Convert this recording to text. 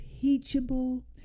teachable